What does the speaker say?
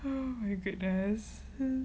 oh my goodness